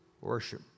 worship